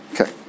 okay